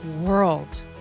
world